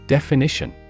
Definition